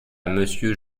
monsieur